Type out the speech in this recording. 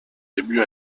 débuts